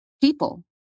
people